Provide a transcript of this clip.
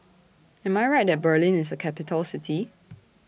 Am I Right that Berlin IS A Capital City